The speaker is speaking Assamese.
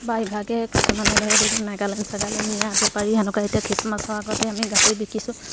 বা ইভাগে কিছুমানে ধৰক এইবোৰ নাগালেণ্ড ছাগালেণ্ড নিয়া বেপাৰী তেনেকুৱা এতিয়া খ্ৰীষ্টমাছৰ আগতে আমি গাহৰি বিকিছোঁ